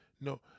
No